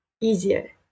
easier